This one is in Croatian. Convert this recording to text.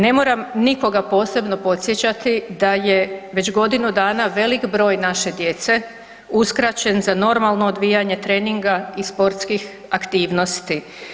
Ne moram nikoga posebno podsjećati da je već godinu dana velik broj naše djece uskraćen za normalno odvijanje treninga i sportskih aktivnosti.